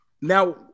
Now